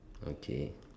okay